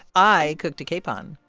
i cooked a capon,